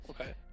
okay